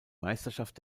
meisterschaft